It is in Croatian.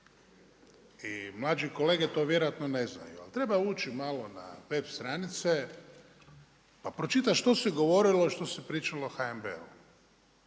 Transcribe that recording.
I mlađi kolege to vjerojatno ne znaju, ali treba ući malo na web stranice, pa pročitat što se govorilo, što se pričalo o HNB-u.